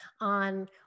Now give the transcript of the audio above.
on